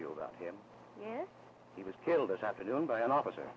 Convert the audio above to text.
you about him yes he was killed this afternoon by an officer